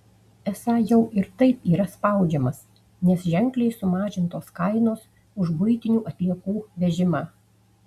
esą jau ir taip yra spaudžiamas nes ženkliai sumažintos kainos už buitinių atliekų vežimą